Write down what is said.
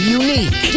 unique